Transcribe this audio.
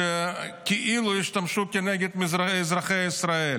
הרוגלות שכאילו השתמשו בהן כנגד אזרחי ישראל.